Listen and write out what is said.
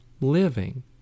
living